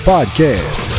Podcast